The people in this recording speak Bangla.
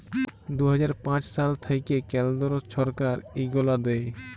দু হাজার পাঁচ সাল থ্যাইকে কেলদ্র ছরকার ইগলা দেয়